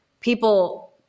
people